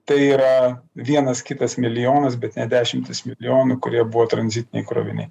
tai yra vienas kitas milijonas bet ne dešimtys milijonų kurie buvo tranzitiniai kroviniai